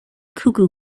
cuckoo